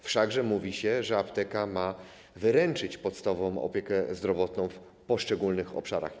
Wszakże mówi się, że apteka ma wyręczyć podstawową opiekę zdrowotną w poszczególnych obszarach.